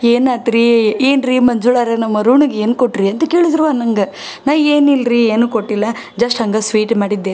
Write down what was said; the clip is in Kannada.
ಏನಾಯ್ತು ರೀ ಏನು ರೀ ಮಂಜುಳರೇ ನಮ್ಮ ಅರುಣಗೆ ಏನು ಕೊಟ್ರಿ ಅಂತ ಕೇಳಿದ್ರೂ ನಂಗೆ ನಾನು ಏನು ಇಲ್ಲ ರೀ ಏನೂ ಕೊಟ್ಟಿಲ್ಲ ಜಶ್ಟ್ ಹಂಗೆ ಸ್ವೀಟ್ ಮಾಡಿದ್ದೆ ರೀ